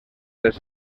les